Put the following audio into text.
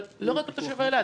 אבל לא רק כל תושבי אילת,